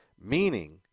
Meaning